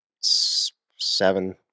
seven